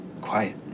quiet